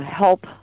help